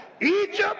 Egypt